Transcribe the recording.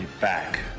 back